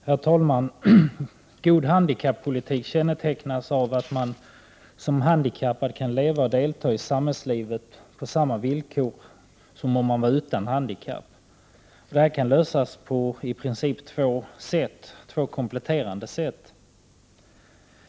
Herr talman! God handikappolitik kännetecknas av att man som handikappad kan leva och delta i samhällslivet på samma villkor som om man var utan handikapp. Det kan lösas på i princip två kompletterande sätt.